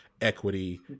equity